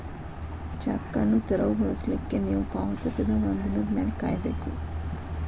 check ಅನ್ನು ತೆರವುಗೊಳಿಸ್ಲಿಕ್ಕೆ ನೇವು ಪಾವತಿಸಿದ ಒಂದಿನದ್ ಮ್ಯಾಲೆ ಕಾಯಬೇಕು